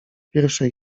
pierwszej